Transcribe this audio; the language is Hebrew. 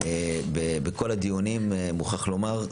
בכל הדיונים, מוכרח לומר,